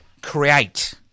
create